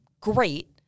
Great